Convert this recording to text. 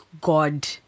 God